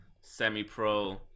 semi-pro